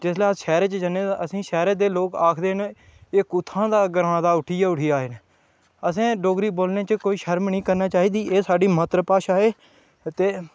जिसलै अस शैह्रे च जन्ने ते असें गी शैह्रा दे लोक आखदे न एह् कुत्थां दा ग्रांऽ दा उट्ठियै आए असें डोगरी बोलने च कोई शर्म नेईं करना चाहिदी एह् साढ़ी मात्तर भाशा ऐ ते